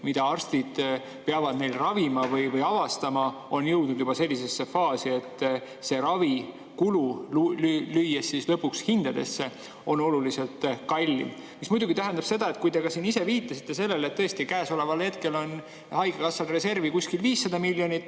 mida arstid peavad neil ravima või avastama, on jõudnud juba sellisesse faasi, et ravikulu, lüües lõpuks hindadesse, on oluliselt kallim. See muidugi tähendab ka seda, nagu te ise samuti viitasite, et tõesti käesoleval hetkel on haigekassal reservi kuskil 500 miljonit,